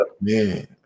man